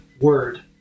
word